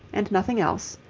and nothing else,